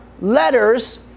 letters